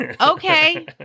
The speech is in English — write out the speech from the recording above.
Okay